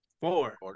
Four